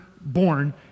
born